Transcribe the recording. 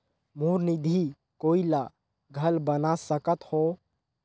मोर निधि कोई ला घल बना सकत हो?